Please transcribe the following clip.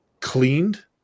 cleaned